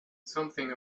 something